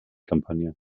kampagne